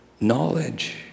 knowledge